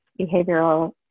behavioral